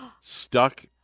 stuck